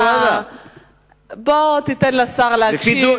בוא תיתן לשר להקשיב.